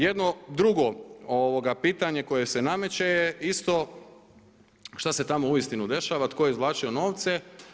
Jedno drugo pitanje koje se nameće je isto šta se tamo uistinu dešava, tko je izvlačio novce.